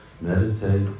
meditate